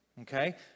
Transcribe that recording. Okay